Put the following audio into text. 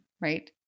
right